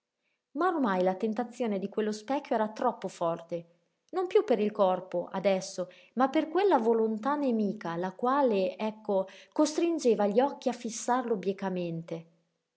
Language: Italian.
ma ormai la tentazione di quello specchio era troppo forte non piú per il corpo adesso ma per quella volontà nemica la quale ecco costringeva gli occhi a fissarlo